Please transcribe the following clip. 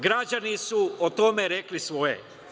Građani su o tome rekli svoje.